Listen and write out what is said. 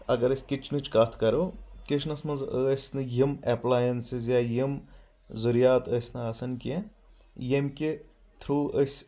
اگر أسۍ کچنچ کتھ کرو کچنچس منٛز ٲسۍ نہٕ یم ایٚپلینسِز یا یِم ضریات ٲسۍ نہٕ آسان کیٚنٛہہ ییٚمہِ کہِ تھرو أسۍ